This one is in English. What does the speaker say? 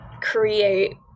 create